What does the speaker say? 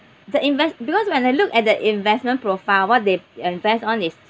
the invest because when I look at the investment profile what they invest on is